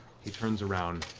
he turns around,